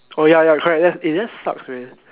oh ya ya correct ya that's sucks man